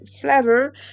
flavor